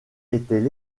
étaient